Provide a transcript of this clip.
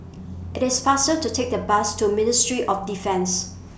IT IS faster to Take The Bus to Ministry of Defence